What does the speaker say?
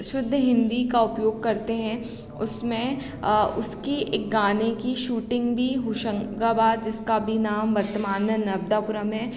शुद्ध हिंदी का उपयोग करते हैं उसमें उसकी एक गाने की शूटिंग भी होशंगाबाद जिसका अभी नाम वर्तमान में नवदापुरम है